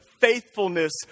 faithfulness